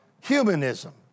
Humanism